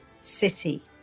city